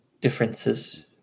differences